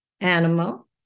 animal